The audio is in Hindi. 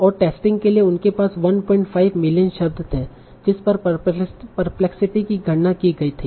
और टेस्टिंग के लिए उनके पास 15 मिलियन शब्द थे जिस पर परप्लेक्सिटी की गणना की गई थी